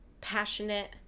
passionate